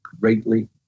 greatly